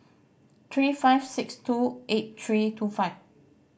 three five six two eight three two five